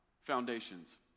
foundations